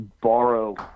borrow